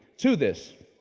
to this.